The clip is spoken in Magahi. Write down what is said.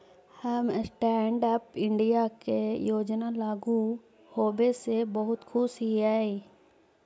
हम स्टैन्ड अप इंडिया के योजना लागू होबे से बहुत खुश हिअई